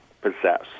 possess